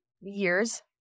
Years